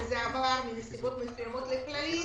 וזה עבר בנסיבות מסוימות לכללית